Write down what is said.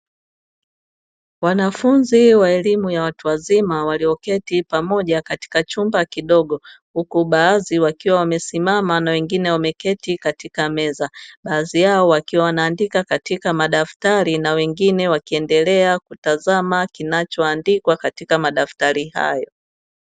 Wanafunzi wa elimu ya watu wazima walio keti pamoja katika chumba kidogo, huku baadhi wakiwa wamesimama na wengine wameketi katika meza, baadhi yao wakiwa wanaandika katika madaftari na wengine wakiendelea kutazama kinacho andikwa katika madaftari hayo.